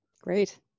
Great